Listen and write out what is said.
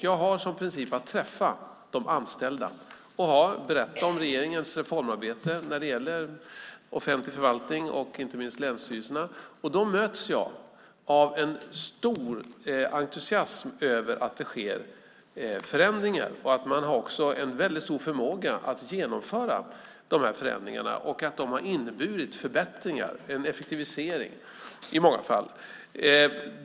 Jag har som princip att träffa de anställda och berätta om regeringens reformarbete när det gäller offentlig förvaltning, inte minst länsstyrelserna. Då möts jag av en stor entusiasm över att det sker förändringar. Man har också en väldigt stor förmåga att genomföra de här förändringarna. De har inneburit förbättringar och effektivisering i många fall.